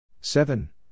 Seven